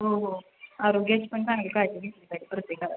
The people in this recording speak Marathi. हो हो आरोग्याची पण चांगली काळजी घेतली पाहिजे प्रत्येकाला